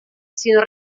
sinó